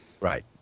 Right